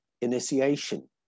initiation